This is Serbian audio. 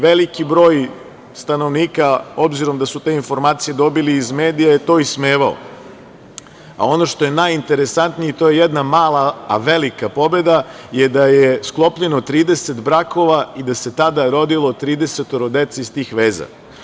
Veliki broj stanovnika, s obzirom da su te informacije dobili iz medija, je to ismevao, a ono što je najinteresantnije, i to je jedna mala, a velika pobeda, je da je sklopljeno 30 brakova i da se tada rodilo 30 dece iz tih veza.